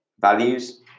values